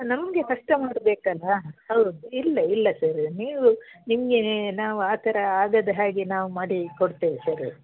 ನಮಗೆ ಕಸ್ಟಮರ್ ಬೇಕಲ್ಲ ಹೌದು ಇಲ್ಲ ಇಲ್ಲ ಸರ್ ನೀವು ನಿಮ್ಗೆ ನಾವು ಆ ಥರ ಆಗದ ಹಾಗೇ ನಾವು ಮಾಡಿ ಕೊಡ್ತೇವೆ ಸರ್